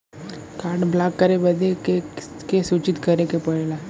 Card block करे बदी के के सूचित करें के पड़ेला?